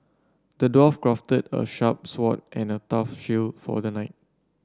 the dwarf crafted a sharp sword and a tough shield for the knight